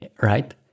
right